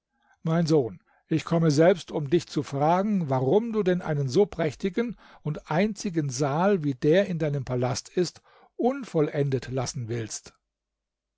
mein sohn ich komme selbst um dich zu fragen warum du denn einen so prächtigen und einzigen saal wie der in deinem palast ist unvollendet lassen willst